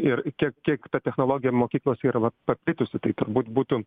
ir kiek kiek ta technologija ir mokyklose yra vat paplitusi tai turbūt būtų